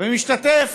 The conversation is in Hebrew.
ומשתתף